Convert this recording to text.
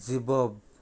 जिबब